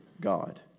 God